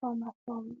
kwa masomo.